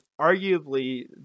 arguably